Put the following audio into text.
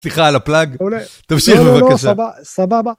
סליחה על הפלאג, תמשיך בבקשה. -סבבה